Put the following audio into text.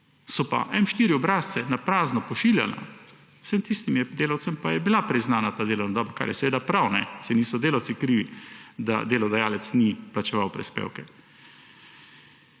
so pa M4 obrazce na prazno pošiljala, je pa bila vsem tistim delavcem priznana ta delovna doba. Kar je seveda prav, saj niso delavci krivi, da delodajalec ni plačeval prispevkov.